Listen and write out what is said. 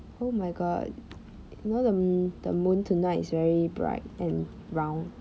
oh my god you know the m~ the moon tonight is very bright and round